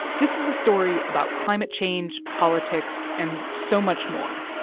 this is a story about climate change, politics and so much more.